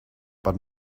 but